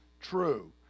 true